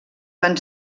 van